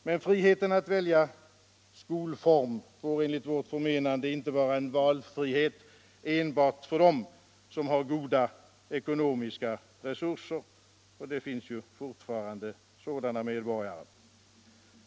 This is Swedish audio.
Men friheten att välja skolform får enligt vårt förmenande inte vara en valfrihet enbart för dem som har goda ckonomiska resurser — det finns ju fortfarande sådana medborgare.